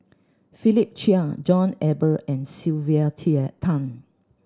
Philip Chia John Eber and Sylvia Tan